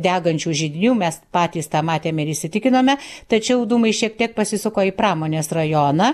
degančių židinių mes patys tą matėme ir įsitikinome tačiau dūmai šiek tiek pasisuko į pramonės rajoną